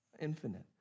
infinite